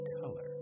color